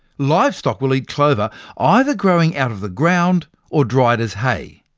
livestock will eat clover either growing out of the ground, or dried as hay.